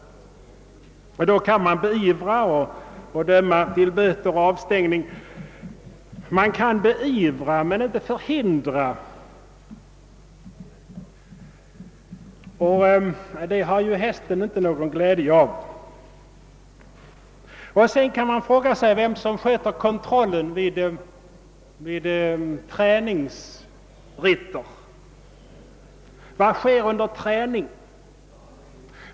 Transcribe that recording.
Då kan man beivra och döma till böter och avstängning. Djurplågeriet kan man beivra men inte förhindra — och det har ju hästen inte någon glädje av. Man kan också fråga sig vem som sköter kontrollen vid träningsritter. Vad sker under träningen?